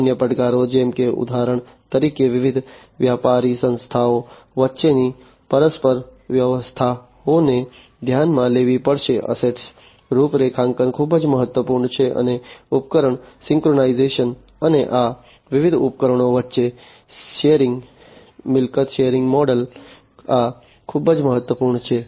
અન્ય પડકારો જેમ કે ઉદાહરણ તરીકે વિવિધ વ્યાપારી સંસ્થાઓ વચ્ચેની પરસ્પર વ્યવસ્થાઓને ધ્યાનમાં લેવી પડશે એસેટ રૂપરેખાંકન ખૂબ જ મહત્વપૂર્ણ છે અને ઉપકરણ સિંક્રનાઇઝેશન અને આ વિવિધ ઉપકરણો વચ્ચે સિનર્જી મિલકત શેરિંગ મોડેલઆ ખૂબ જ મહત્વપૂર્ણ છે